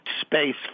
Space